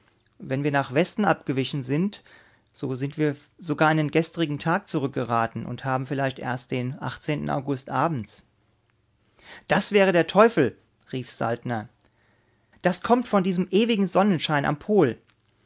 wenn wir nach westen abgewichen sind so sind wir sogar in den gestrigen tag zurückgeraten und haben vielleicht erst den august abends das wäre der teufel rief saltner das kommt von diesem ewigen sonnenschein am pol